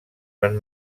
van